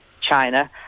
China